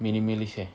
minimalist eh